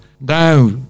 Now